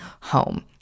home